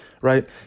right